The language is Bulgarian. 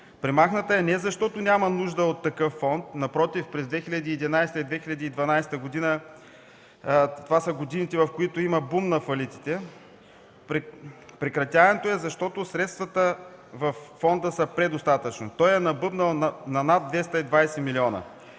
Премахната е не защото няма нужда от такъв фонд, напротив – 2011 и 2012 г. са годините, в които има бум на фалитите, прекратяването е, защото средствата във фонда са предостатъчни. Той е набъбнал на над 220 милиона,